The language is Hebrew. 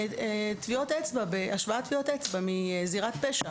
טביעות אצבע, השוואת טביעות אצבע מזירת פשע.